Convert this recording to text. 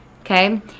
okay